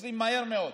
ועוצרים מהר מאוד.